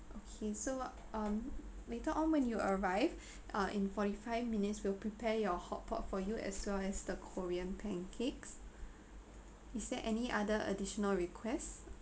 okay so um later on when you arrive uh in forty five minutes we'll prepare your hotpot for you as well as the korean pancakes is there any other additional request